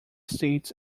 states